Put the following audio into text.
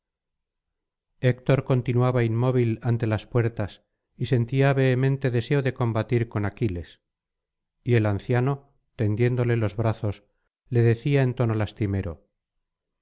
héctor continuaba inmóvil ante las puertas y sentía vehemente deseo de combatir con aquiles y el anciano tendiéndole los brazos le decía en tono lastimero